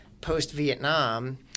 post-Vietnam